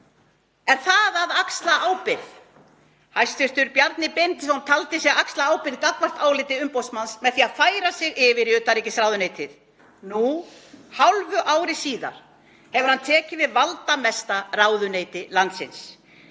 Er það að axla ábyrgð? Hæstv. Bjarni Benediktsson taldi sig axla ábyrgð gagnvart áliti umboðsmanns með því að færa sig yfir í utanríkisráðuneytið. Nú hálfu ári síðar hefur hann tekið við valdamesta ráðuneyti landsins,